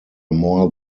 more